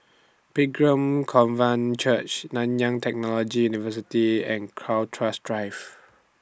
Pilgrim Covenant Church Nanyang Technology University and Crowhurst Drive